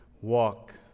walk